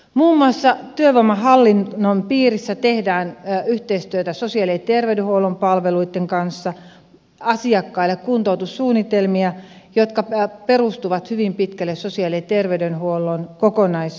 muun muassa työvoimahallinnon piirissä tehdään yhteistyössä sosiaali ja terveydenhuollon palveluitten kanssa asiakkaille kuntoutussuunnitelmia jotka perustuvat hyvin pitkälle sosiaali ja terveydenhuollon kokonaisarviointiin